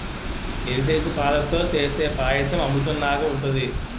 Heritage పాలతో సేసే పాయసం అమృతంనాగ ఉంటది